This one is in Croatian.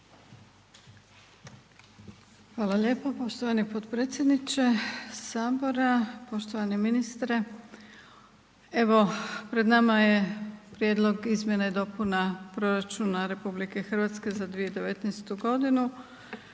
Hvala lijepo poštovani potpredsjedniče Sabora, poštovani ministre. Evo pred nama je Prijedlog izmjena i dopuna proračuna RH za 2019. godinu